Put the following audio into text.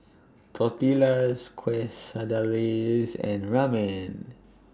Tortillas Quesadillas and Ramen